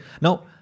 now